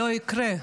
לא יקרה",